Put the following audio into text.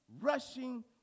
rushing